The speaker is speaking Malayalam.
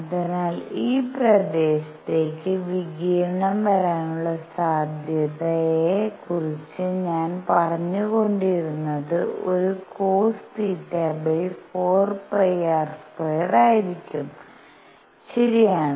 അതിനാൽ ഈ പ്രദേശത്തേക്ക് വികിരണം വരാനുള്ള സാധ്യതയെ കുറിച്ച് ഞാൻ പറഞ്ഞുകൊണ്ടിരുന്നത് ഒരു cosθ4πr² ആയിരിക്കും ശരിയാണ്